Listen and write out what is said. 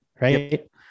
right